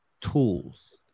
Tools